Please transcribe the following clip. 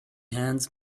hands